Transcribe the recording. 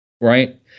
right